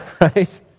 right